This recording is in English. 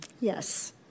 yes